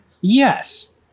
Yes